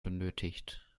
benötigt